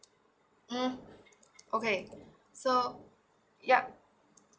mm okay so yup